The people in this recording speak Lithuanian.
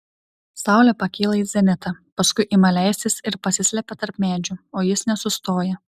saulė pakyla į zenitą paskui ima leistis ir pasislepia tarp medžių o jis nesustoja